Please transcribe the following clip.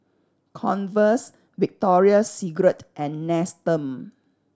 Converse Victoria Secret and Nestum